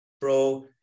bro